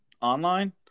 online